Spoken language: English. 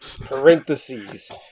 parentheses